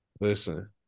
listen